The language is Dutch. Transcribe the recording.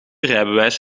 rijbewijs